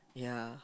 ya